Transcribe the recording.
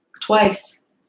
twice